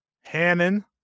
hannon